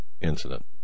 incident